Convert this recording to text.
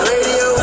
Radio